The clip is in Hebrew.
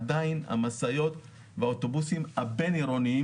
עדיין המשאיות והאוטובוסים הבין-עירוניים